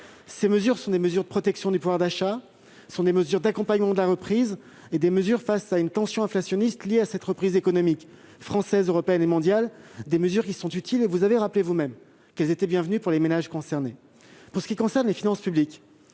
Ces mesures sont des mesures de protection du pouvoir d'achat et d'accompagnement de la reprise, face à une tension inflationniste liée à cette reprise économique française, européenne et mondiale. Elles sont utiles, et vous avez vous-même rappelé qu'elles étaient bienvenues pour les ménages concernés. Pour ce qui concerne les finances publiques,